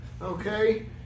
Okay